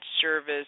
Service